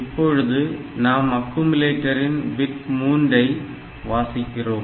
இப்பொழுது நாம் அக்குமுலேட்டரின் பிட் 3 ஐ வாசிக்கிறோம்